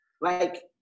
Like-